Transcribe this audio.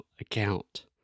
account